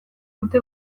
dute